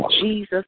Jesus